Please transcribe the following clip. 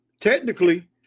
Technically